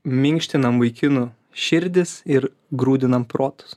minkštinam vaikinų širdis ir grūdinam protus